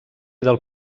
del